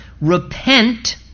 repent